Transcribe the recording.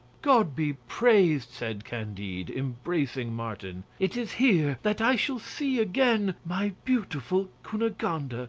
god be praised! said candide, embracing martin. it is here that i shall see again my beautiful cunegonde.